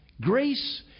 Grace